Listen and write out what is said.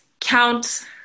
count